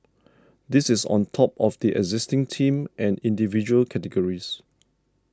this is on top of the existing Team and Individual categories